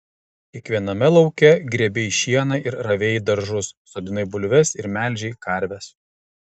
kiekviename lauke grėbei šieną ir ravėjai daržus sodinai bulves ir melžei karves